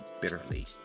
bitterly